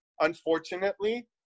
unfortunately